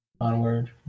onward